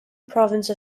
province